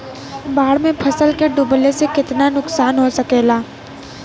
बाढ़ मे फसल के डुबले से कितना नुकसान हो सकेला?